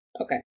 okay